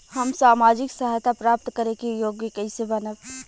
हम सामाजिक सहायता प्राप्त करे के योग्य कइसे बनब?